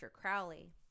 Crowley